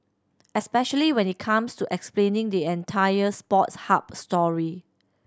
especially when it comes to explaining the entire Sports Hub story